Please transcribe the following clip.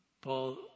Paul